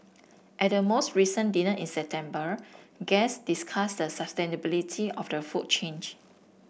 at the most recent dinner in September guests discussed the sustainability of the food change